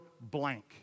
blank